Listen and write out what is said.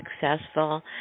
successful